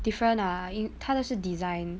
different ah 因她的是 design